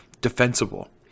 defensible